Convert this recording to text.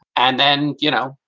and then, you know,